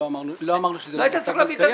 לא אמרנו שזה לא מוסד בנקאי,